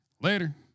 later